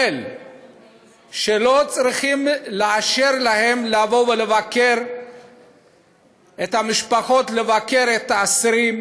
לא צריך לאשר למשפחות לבוא ולבקר את האסירים